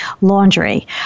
laundry